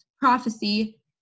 prophecy